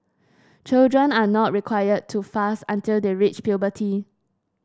children are not required to fast until they reach puberty